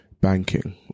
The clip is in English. banking